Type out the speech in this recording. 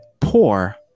poor